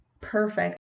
perfect